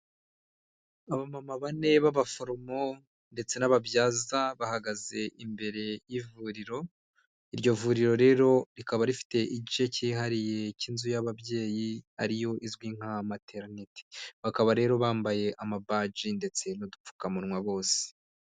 Aba mama bane b'abaforomo ndetse n'ababyaza bahagaze imbere y'ivuriro iryo vuriro rero rikaba rifite igice cyihariye cy'inzu y'ababyeyi ariyo izwi nka mateneti bakaba rero bambaye amabaji ndetse n'udupfukamunwa bose.